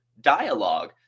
dialogue